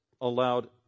allowed